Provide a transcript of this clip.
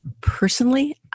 Personally